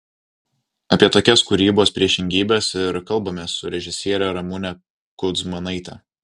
apie tokias kūrybos priešingybes ir kalbamės su režisiere ramune kudzmanaite